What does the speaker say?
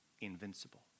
invincible